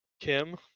Kim